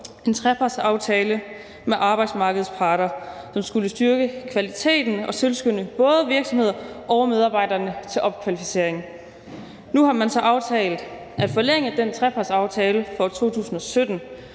en trepartsaftale med arbejdsmarkedets parter, som skulle styrke kvaliteten og tilskynde både virksomheder og medarbejderne til opkvalificering. Nu har man så aftalt at forlænge den trepartsaftale fra 2017,